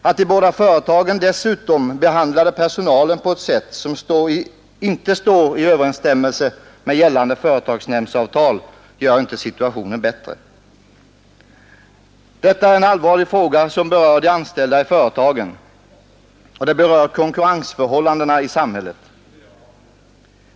Att de båda företagen dessutom behandlade personalen på ett sätt som inte står i överensstämmelse med gällande företagsnämndsavtal gör inte situationen bättre. Detta är en allvarlig fråga som berör både de anställda i företagen och konkurrensförhållandena i samhället.